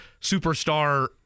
superstar